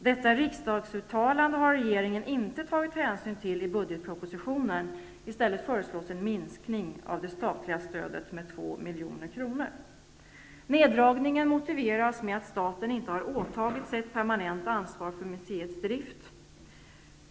Detta riksdagsuttalande har regeringen inte tagit hänsyn till i budgetpropositionen. I stället föreslås en minskning av det statliga stödet med 2 milj.kr. Neddragningen motiveras med att staten inte har åtagit sig ett permanent ansvar för museets drift.